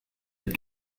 but